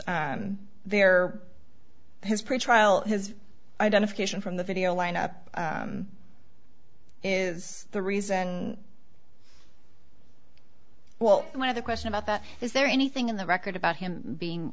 they are his pretrial his identification from the video lineup is the reason well one of the question about that is there anything in the record about him